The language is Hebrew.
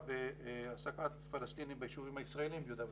בהעסקת פלסטינים ביישובים הישראליים ביהודה ושומרון.